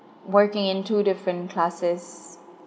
working in two different classes